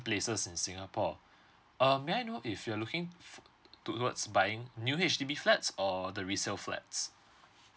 places in singapore um may I know if you're looking towards buying new H_D_B flats or the resale flats